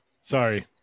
Sorry